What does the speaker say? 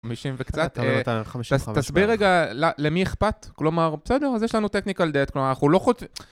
50 וקצת, תסביר רגע למי אכפת, כלומר בסדר אז יש לנו technical debt כלומר אנחנו לא חו...